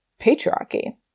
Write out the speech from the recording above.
patriarchy